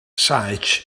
saets